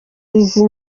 izi